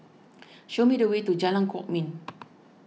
show me the way to Jalan Kwok Min